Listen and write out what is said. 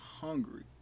hungry